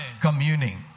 Communing